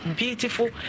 beautiful